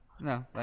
No